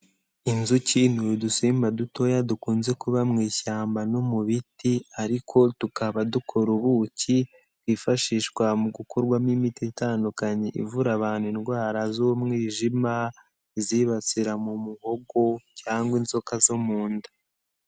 Inzuki ni udusimba dutoya dukunze kuba mu ishyamba no mu biti, ariko tukaba dukora ubuki bwifashishwa mu gukorwamo imiti itandukanye ivura abantu indwara z'umwijima, izibasira mu muhogo cyangwa inzoka zo mu nda.